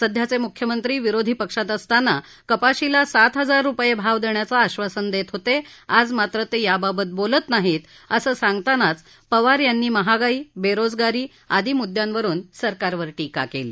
सध्याचे मुख्यमंत्री विरोधी पक्षात असताना कपाशीला सात हजार रुपये भाव देण्याचं आश्वासन देत होते आज मात्र ते याबाबत बोलत नाहीत असं सांगतानाच पवार यांनी महागाई बेरोजगारी आदी मुद्यांवरून सरकारवर टीका केली